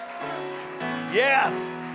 Yes